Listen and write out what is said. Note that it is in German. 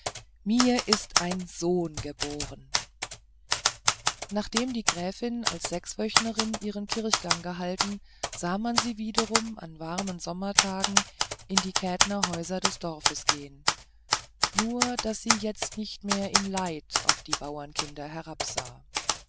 mir ist ein sohn geboren nachdem die gräfin als sechswöchnerin ihren kirchgang gehalten sah man sie wiederum an warmen sommertagen in die kätnerhäuser des dorfes gehen nur daß sie jetzt nicht mehr in leid auf die bauerkinder herabsah